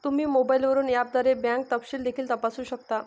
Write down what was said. तुम्ही मोबाईलवरून ऍपद्वारे बँक तपशील देखील तपासू शकता